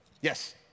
Yes